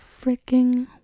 freaking